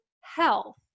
health